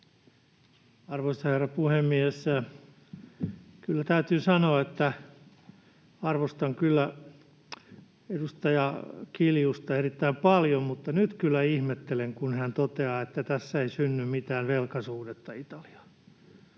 Arvoisa herra puhemies! Kyllä täytyy sanoa, että arvostan edustaja Kiljusta erittäin paljon, mutta nyt kyllä ihmettelen, kun hän toteaa, että tässä ei synny mitään velkasuhdetta Italiaan.